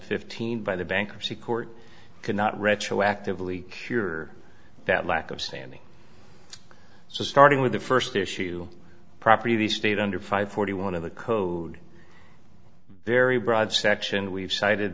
fifteen by the bankruptcy court cannot retroactively cure that lack of standing so starting with the first issue property of the state under five forty one of the code very broad section we've